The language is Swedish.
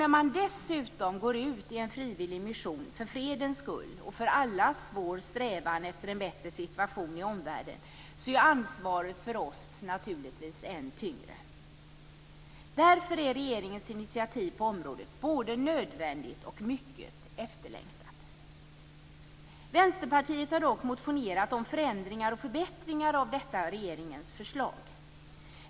När de dessutom går ut i en frivillig mission för fredens skull och för allas vår strävan efter en bättre situation i omvärlden är ansvaret för oss naturligtvis än tyngre. Därför är regeringens initiativ på området både nödvändigt och mycket efterlängtat. Vänsterpartiet har dock motionerat om förändringar och förbättringar av detta regeringens förslag.